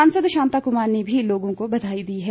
सांसद शांता कुमार ने भी लोगों को बधाई दी है